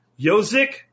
Yozik